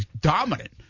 dominant